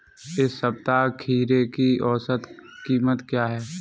इस सप्ताह खीरे की औसत कीमत क्या है?